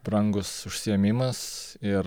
brangus užsiėmimas ir